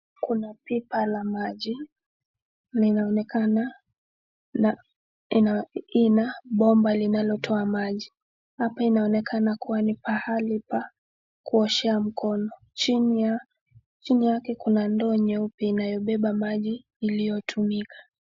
Kuna pipa la maji linaonekana lina bomba linalotoa maji. Hapa inaonekana kuwa ni pahali pa kuoshea mikono. Chini yake kuna ndoo inayobeba maji iliyotumika.